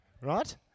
right